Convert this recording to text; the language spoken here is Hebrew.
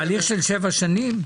תהליך של שבע שנים?